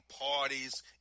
parties